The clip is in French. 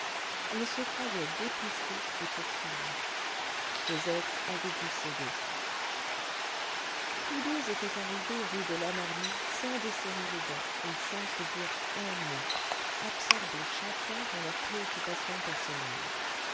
il se croyait dépisté et poursuivi cosette avait dû céder tous deux étaient arrivés rue de lhomme armé sans desserrer les dents et sans se dire un mot absorbés chacun dans leur préoccupation personnelle